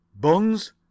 Buns